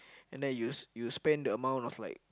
and then you you spend the amount was like